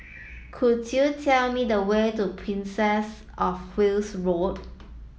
could you tell me the way to Princess of Wales Road